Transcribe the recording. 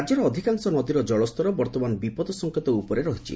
ରାଜ୍ୟର ଅଧିକାଂଶ ନଦୀର ଜଳସ୍ତର ବର୍ତ୍ତମାନ ବିପଦ ସଙ୍କେତ ଉପରେ ରହିଛି